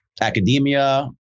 academia